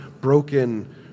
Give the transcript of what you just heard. broken